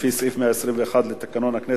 לפי סעיף 121 לתקנון הכנסת,